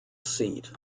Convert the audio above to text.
seat